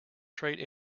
trade